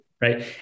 Right